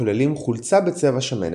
- כוללים חולצה בצבע שמנת,